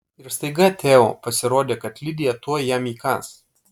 ir staiga teo pasirodė kad lidija tuoj jam įkąs